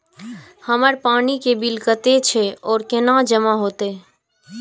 हमर पानी के बिल कतेक छे और केना जमा होते?